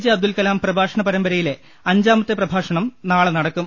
J Abdul Kalam പ്രഭാഷണ പരമ്പരയിലെ അഞ്ചാമത്തെ പ്രഭാ ഷണം നാളെ നടക്കും